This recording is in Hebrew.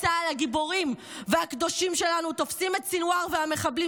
צה"ל הגיבורים והקדושים שלנו תופסים את סנוואר והמחבלים